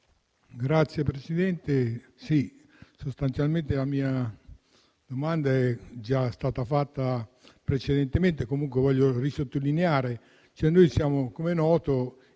Signora Presidente, sostanzialmente la mia domanda è già stata fatta precedentemente, comunque la voglio risottolineare.